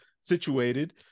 situated